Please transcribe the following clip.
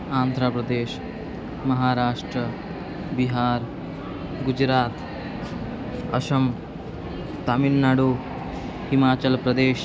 आन्ध्रप्रदेशः महाराष्ट्र बिहार् गुजरात् अस्साम् तमिल्नाडु हिमाचलप्रदेशः